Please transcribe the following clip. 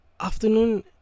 afternoon